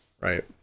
right